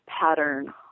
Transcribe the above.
pattern